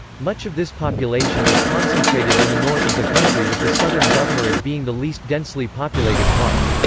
much of this population is concentrated in the north of the country with the southern governorate being the least densely populated part.